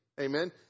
Amen